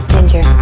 Ginger